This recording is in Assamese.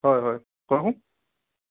হয় হয় কোৱাচোন